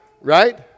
right